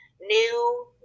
new